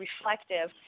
reflective